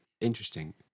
interesting